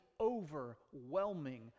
overwhelming